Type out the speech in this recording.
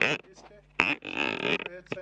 הלוגיסטי וכולל,